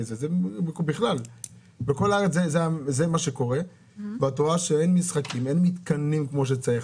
את רואה שאין מתקנים כמו שצריך.